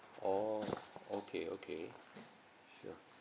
oh okay okay sure